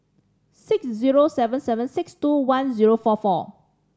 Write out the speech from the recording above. six zero seven seven six two one zero four four